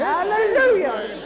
Hallelujah